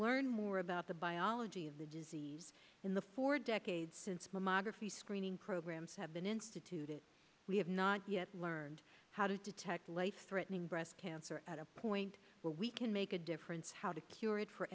learned more about the biology of the disease in the four decades since mammography screening programs have been instituted we have not yet learned how to detect life threatening breast cancer at a point where we can make a difference how to cure it for